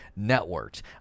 networked